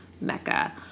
Mecca